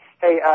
Hey